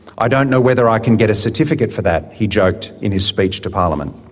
i don't know whether i can get a certificate for that! he joked in his speech to parliament.